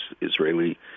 Israeli